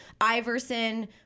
Iverson